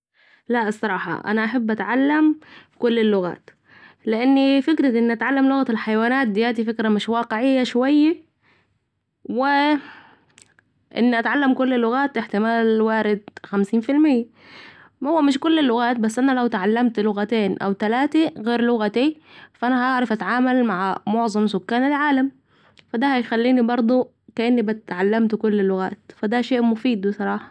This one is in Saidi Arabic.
لأ الصراحه أحب أني اتعلم كل اللغات ، لاني فكرة أني اتعلم لغة الحيوانات دياتي فكرة مش واقعه شوية و ، أن اتعلم كل اللغات إحتمال وأرد خمسين في الميه ، و هو مش مل اللغات بس أنا لو اتعلمت لغتين او تلاته غير لغتي.. ف أنا هعرف اتعامل مع معظم سكان العال ف ده هيخليني بردوا كاني اتعلمت كل لغات العالم فا ده شئ مفيد الصراحه